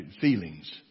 Feelings